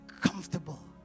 comfortable